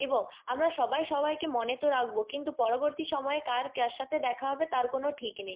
এবং আমরা সবাই সবাইকে মনে তো রাখবো কিন্তু পরবর্তী সময় কার কার সাথে দেখা হবে তার কোনো ঠিক নেই